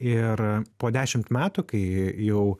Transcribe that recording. ir po dešimt metų kai jau